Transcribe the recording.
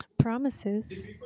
promises